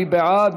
מי בעד?